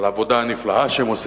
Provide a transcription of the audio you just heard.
על העבודה הנפלאה שלהם.